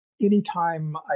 Anytime